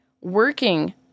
working